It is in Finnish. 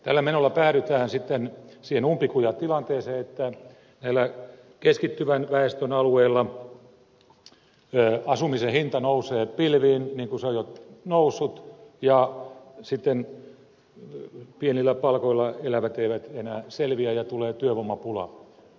tällä menolla päädytään sitten siihen umpikujatilanteeseen että näillä keskittyvän väestön alueilla asumisen hinta nousee pilviin niin kuin se on jo noussut ja sitten pienillä palkoilla elävät eivät enää selviä ja tulee työvoimapula